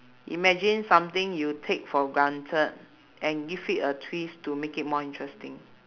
imagine something you take for granted and give it a twist to make it more interesting